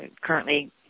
currently